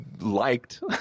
liked